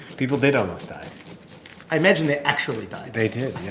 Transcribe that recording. people did almost die i imagine they actually died they did, yeah